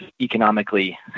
economically